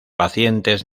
pacientes